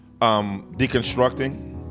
deconstructing